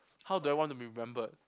how do I want to be remembered